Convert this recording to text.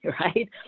right